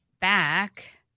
back